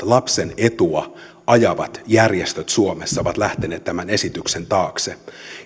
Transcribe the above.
lapsen etua ajavat järjestöt suomessa ovat lähteneet tämän esityksen taakse